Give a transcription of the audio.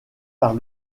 par